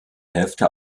hälfte